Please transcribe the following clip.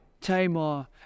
Tamar